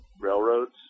railroads